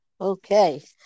Okay